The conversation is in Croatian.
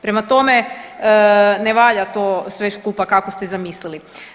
Prema tome, ne valja to sve skupa kako ste zamislili.